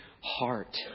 heart